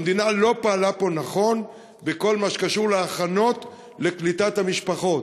והמדינה לא פעלה פה נכון בכל מה שקשור להכנות לקליטת המשפחות.